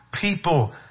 people